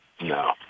No